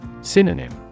Synonym